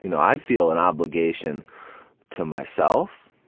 you know i feel an obligation to myself,